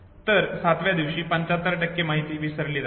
तर सातव्या दिवसी 75 माहिती विसरली जाते